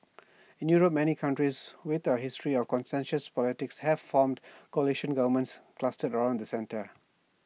in Europe many countries with A history of consensus politics have formed coalition governments clustered around the centre